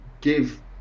give